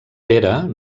pere